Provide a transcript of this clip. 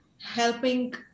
helping